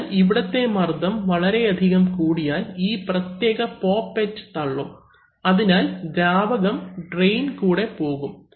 അതിനാൽ ഇവിടത്തെ മർദ്ദം വളരെയധികം കൂടിയാൽ ഈ പ്രത്യേക പോപ്പെറ്റ് തള്ളും അതിനാൽ ദ്രാവകം ട്രയിൻ കൂടെ പോകും